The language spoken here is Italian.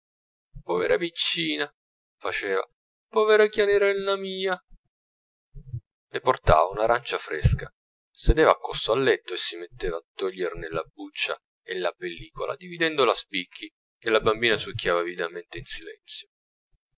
povera piccina faceva povera chiarinella mia le portava un'arancia fresca sedeva accosto al letto e si metteva a toglierne la buccia e la pellicola dividendola a spicchi che la bambina succhiava avidamente in silenzio